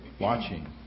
watching